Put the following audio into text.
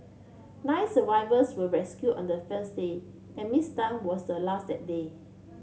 nine survivors were rescued on the first day and Miss Tan was the last that day